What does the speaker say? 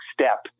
step